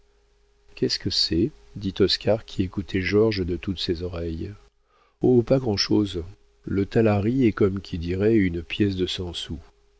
qu'est-ce que c'est dit oscar qui écoutait georges de toutes ses oreilles oh pas grand'chose le talaro est comme qui dirait une pièce de cent sous